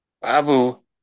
Babu